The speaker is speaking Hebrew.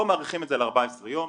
פה מאריכים את זה ל-14 יום,